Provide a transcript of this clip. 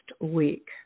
week